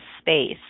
space